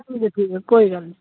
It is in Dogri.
ठीक ऐ ठीक ऐ कोई गल्ल नीं